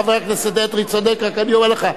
חבר הכנסת אדרי, היא צודקת, רק אני אומר לך.